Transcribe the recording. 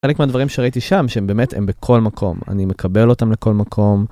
חלק מהדברים שראיתי שם שהם באמת הם בכל מקום, אני מקבל אותם לכל מקום.